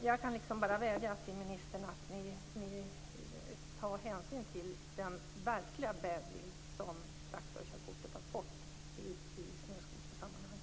Jag kan liksom bara vädja till ministern att ni tar hänsyn till den verkliga "badwill" som traktorkörkortet har fått i snöskotersammanhang. Tack!